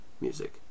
music